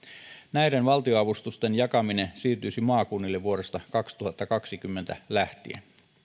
näiden valtionavustusten jakaminen siirtyisi maakunnille vuodesta kaksituhattakaksikymmentä lähtien